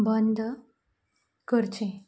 बंद करचें